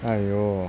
!aiyo!